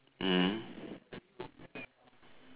mm